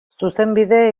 zuzenbide